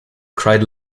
cried